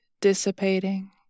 dissipating